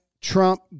Trump